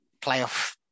playoff